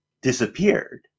disappeared